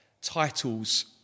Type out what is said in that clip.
titles